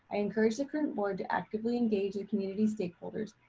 i encourage the current board to actively engage the community stakeholders,